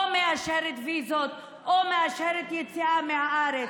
מאשרת ויזות או מאשרת יציאה מהארץ.